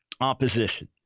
opposition